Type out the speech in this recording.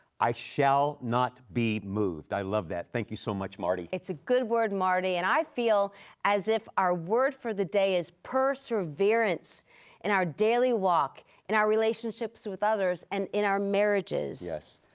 i shall not be moved. i love that. thank you so much marty. it's a good word marty, and i feel as if our word for the day is perseverance in our daily walk, in our relationships with others, and in our marriages. yes.